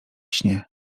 śnie